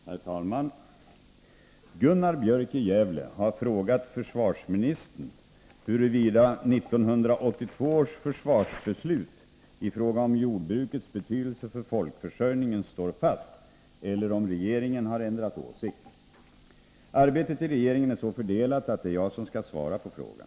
Herr talman! Gunnar Björk i Gävle har frågat försvarsministern huruvida 1982 års försvarsbeslut i fråga om jordbrukets betydelse för folkförsörjningen står fast eller om regeringen har ändrat åsikt. Arbetet i regeringen är så fördelat att det är jag som skall svara på frågan.